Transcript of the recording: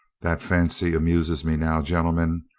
that fancy amuses me now, gentlemen.